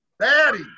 Daddy